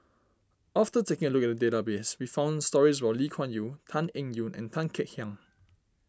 after taking a look at the database we found stories about Lee Kuan Yew Tan Eng Yoon and Tan Kek Hiang